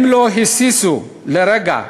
הם לא היססו לרגע,